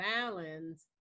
balance